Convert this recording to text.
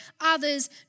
others